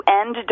end